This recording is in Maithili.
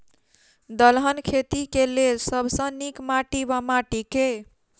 दलहन खेती केँ लेल सब सऽ नीक माटि वा माटि केँ?